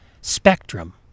spectrum